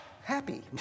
happy